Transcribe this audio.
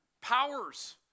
powers